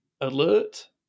alert